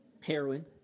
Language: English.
Heroin